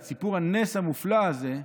את סיפור הנס המופלא הזה,